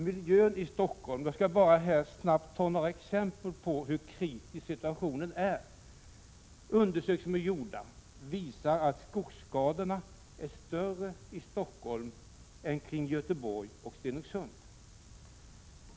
Gjorda undersökningar visar att skogsskadorna är större i Stockholm än i Göteborg och Stenungsund.